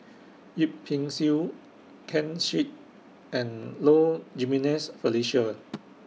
Yip Pin Xiu Ken Seet and Low Jimenez Felicia